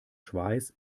schweiß